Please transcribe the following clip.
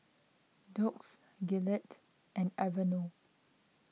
Doux Gillette and Aveeno